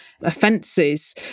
offences